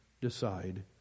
Decide